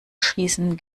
schießen